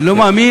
אני לא מאמין